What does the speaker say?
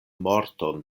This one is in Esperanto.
morton